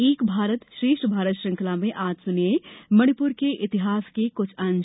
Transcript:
एक भारत श्रेष्ठ भारत श्रृंखला में आज सुनिए मणिपुर के इतिहास के क्छ अंश